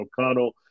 O'Connell